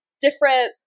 different